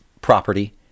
property